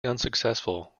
unsuccessful